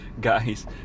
guys